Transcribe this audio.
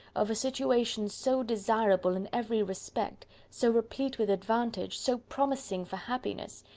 of a situation so desirable in every respect, so replete with advantage, so promising for happiness,